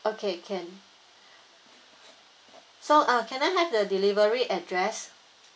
okay can so uh can I have the delivery address